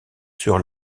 sur